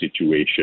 situation